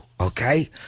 okay